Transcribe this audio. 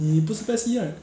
你不是 pes E right